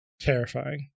terrifying